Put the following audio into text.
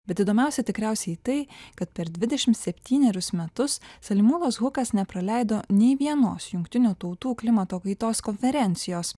bet įdomiausia tikriausiai tai kad per dvidešimt septynerius metus salimūnas hukas nepraleido nei vienos jungtinių tautų klimato kaitos konferencijos